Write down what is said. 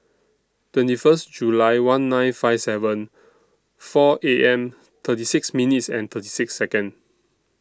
twenty First July one nine five seven four A M thirty six minutes and thirty six Second